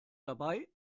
dabei